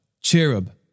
Cherub